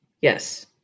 Yes